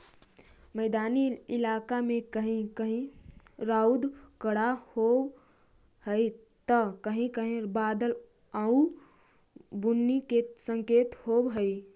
मैदानी इलाका में कहीं कहीं रउदा कड़ा होब हई त कहीं कहीं बादल आउ बुन्नी के संकेत होब हई